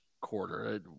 quarter